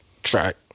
Track